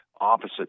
opposite